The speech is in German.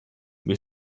wir